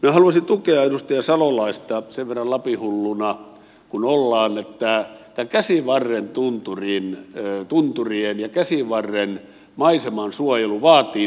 minä haluaisin tukea edustaja salolaista sen verran lapin hulluja kun ollaan että käsivarren tunturien ja käsivarren maiseman suojelu vaatii nyt kyllä tekoja